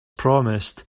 promised